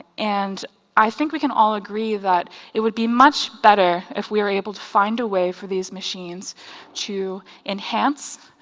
and i think we can all agree that it would be much better if we are able to find a way for these machines to enhance,